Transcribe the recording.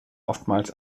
oftmals